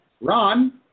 Ron